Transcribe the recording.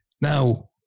Now